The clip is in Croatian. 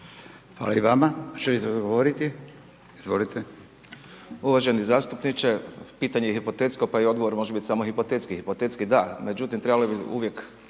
Hvala i vama. Želite odgovoriti? Izvolite. **Cerovac, Mladen** Uvaženi zastupniče, pitanje je hipotetski pa i odgovor može biti samo hipotetski, hipotetski da, međutim trebalo bi uvijek,